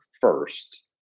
first